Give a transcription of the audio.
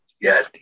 Yes